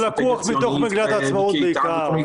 זה לקוח מתוך מגילת העצמאות בעיקר.